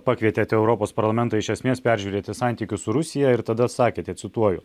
pakvietėt europos parlamentą iš esmės peržiūrėti santykius su rusija ir tada sakėte cituoju